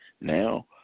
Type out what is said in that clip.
now